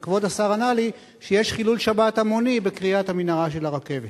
וכבוד השר ענה לי שיש חילול שבת המוני בכריית המנהרה של הרכבת.